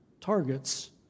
targets